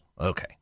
okay